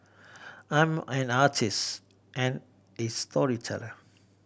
I'm an artist and a storyteller